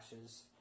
ashes